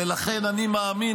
ולכן אני מאמין,